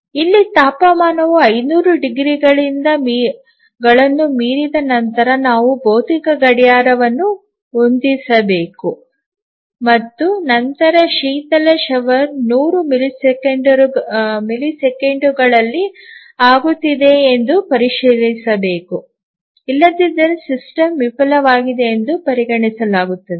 ಇಲ್ಲಿ ತಾಪಮಾನವು 500 ಡಿಗ್ರಿಗಳನ್ನು ಮೀರಿದ ನಂತರ ನಾವು ಭೌತಿಕ ಗಡಿಯಾರವನ್ನು ಹೊಂದಿಸಬೇಕು ಮತ್ತು ನಂತರ ಶೀತಕ ಶವರ್ 100 ಮಿಲಿಸೆಕೆಂಡುಗಳಲ್ಲಿ ಆಗುತ್ತಿದೆಯೇ ಎಂದು ಪರಿಶೀಲಿಸಬೇಕು ಇಲ್ಲದಿದ್ದರೆ ಸಿಸ್ಟಮ್ ವಿಫಲವಾಗಿದೆ ಎಂದು ಪರಿಗಣಿಸಲಾಗುತ್ತದೆ